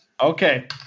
Okay